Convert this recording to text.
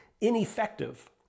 ineffective